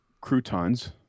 croutons